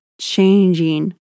changing